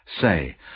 Say